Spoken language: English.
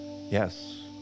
yes